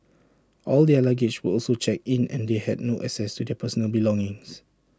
all their luggage were also checked in and they had no access to their personal belongings